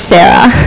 Sarah